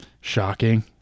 shocking